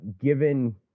given